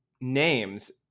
names